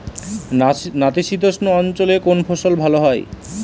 নাতিশীতোষ্ণ অঞ্চলে কোন ফসল ভালো হয়?